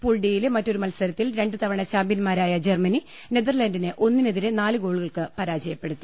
pool ഡിയിലെ മറ്റൊരു മത്സര ത്തിൽ രണ്ട് തവണ ചാമ്പ്യൻമാരായ ജർമനി നെതർലന്റിനെ ഒന്നി നെതിരെ നാലു ഗോളുകൾക്ക് പരാജയപ്പെടുത്തി